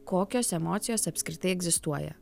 kokios emocijos apskritai egzistuoja